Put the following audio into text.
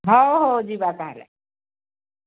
ହଉ ହଉ ଯିବା ତା'ହେଲେ